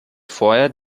vorher